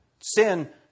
sin